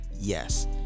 Yes